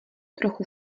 trochu